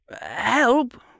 help